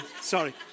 Sorry